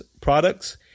products